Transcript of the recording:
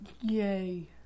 Yay